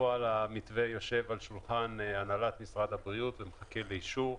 בפועל המתווה יושב על שולחן הנהלת משרד הבריאות ומחכה לאישור.